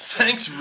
Thanks